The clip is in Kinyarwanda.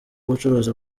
ubucuruzi